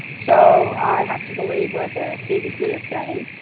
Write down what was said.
so i have to believe what the cdc is saying.